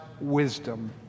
wisdom